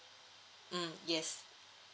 mm yes